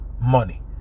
money